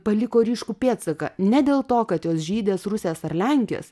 paliko ryškų pėdsaką ne dėl to kad jos žydės rusės ar lenkės